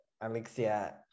Alexia